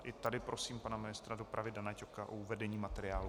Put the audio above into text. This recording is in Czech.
I tady prosím pana ministra dopravy Dana Ťoka o uvedení materiálu.